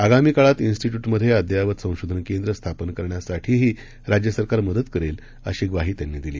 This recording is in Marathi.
आगामी काळात िस्टिट्युटमधे अद्ययावत संशोधन केंद्र स्थापन करण्यासाठीही राज्य सरकार मदत करेल अशी ग्वाही त्यांनी दिली